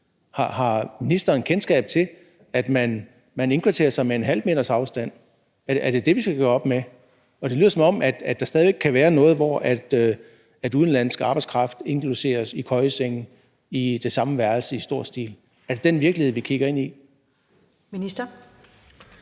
Har ministeren kendskab til, at man indkvarterer sig med ½ meters afstand? Er det det, vi skal gøre op med? Og det lyder, som om der stadig væk kan være noget, hvor udenlandsk arbejdskraft indlogeres i køjesenge i det samme værelse i stor stil. Er det den virkelighed, vi kigger ind i? Kl.